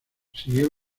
siguió